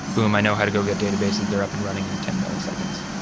boom, i know how to go get databases. they're up and running in ten milliseconds,